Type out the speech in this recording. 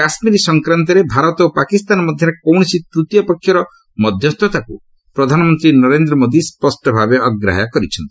କାଶ୍ମୀର ସଂକ୍ରାନ୍ତରେ ଭାରତ ଓ ପାକିସ୍ତାନ ମଧ୍ୟରେ କୌଣସି ତୂତୀୟ ପକ୍ଷର ମଧ୍ୟସ୍ଥତାକୁ ପ୍ରଧାନମନ୍ତ୍ରୀ ନରେନ୍ଦ୍ର ମୋଦି ସ୍ୱଷ୍ଟଭାବେ ଅଗ୍ରାହ୍ୟ କରିଛନ୍ତି